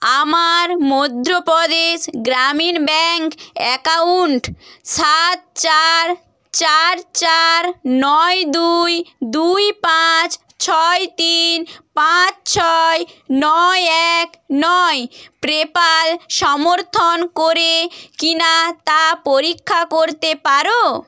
আমার Madhya Pradesh Gramin bank account সাত চার চার চার নয় দুই দুই পাঁচ ছয় তিন পাঁচ ছয় নয় এক নয় পেপ্যাল সমর্থন করে কিনা তা পরীক্ষা করতে পারো